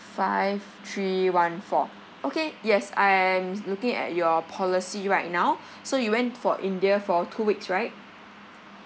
five three one four okay yes I am looking at your policy right now so you went for india for two weeks right